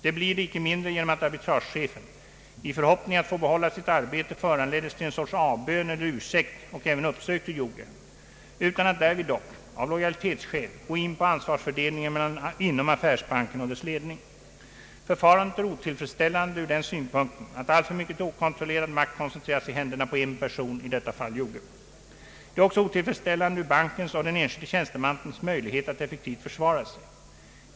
Den blir det icke mindre genom att arbitragechefen, i förhoppning att få behålla sitt arbete föranleddes till en sorts avbön eller ursäkt och även uppsökt Joge, utan att därvid dock, av lojalitetsskäl, gå in på ansvarsfördelningen inom affärsbanken och dess ledning. Förfarandet är otillfredsställande ur den synpunkten att alltför mycket okontrollerad makt koncentreras i händerna på en person, i detta fall Joge. Det är också otillfredsställande ur bankens och den enskilde tjänstemannens möjlighet att effektivt försvara sig.